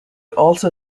also